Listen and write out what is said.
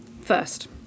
first